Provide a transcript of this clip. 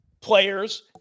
players